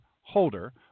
holder